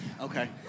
Okay